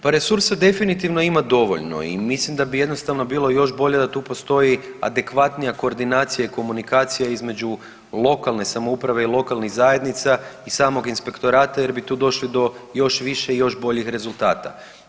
Pa resursa definitivno ima dovoljno i mislim da bi jednostavno bilo još bolje da tu postoji adekvatnija koordinacija i komunikacija između lokalne samouprave i lokalnih zajednica i samog inspektorata jer bi tu došli do još više i još boljih rezultata.